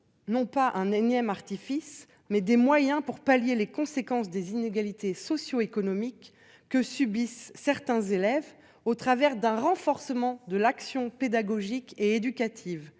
non pas un énième artifices mais des moyens pour pallier les conséquences des inégalités socio-économiques que subissent certains élèves au travers d'un renforcement de l'action pédagogique et éducative.